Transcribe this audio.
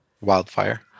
Wildfire